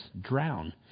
drown